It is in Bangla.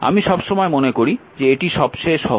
আমি সবসময় মনে করি যে এটি সবচেয়ে সহজ